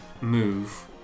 move